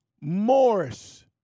Morris